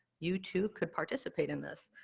you, too, could participate in this.